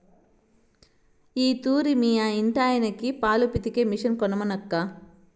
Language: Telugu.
ఈ తూరి మీ ఇంటాయనకి పాలు పితికే మిషన్ కొనమనక్కా